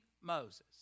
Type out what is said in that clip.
Moses